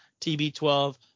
TB12